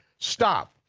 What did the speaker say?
stop,